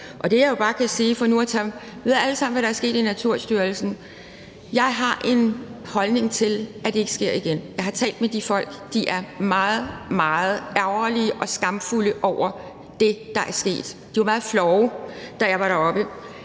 som interesserer mig meget. Vi ved alle sammen, hvad der er sket på Naturstyrelsens arealer, og jeg har den holdning, at det ikke må ske igen. Jeg har talt med de folk, og de er meget, meget ærgerlige og skamfulde over det, der er sket. De var meget flove, da jeg var deroppe.